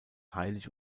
heilig